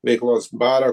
veiklos barą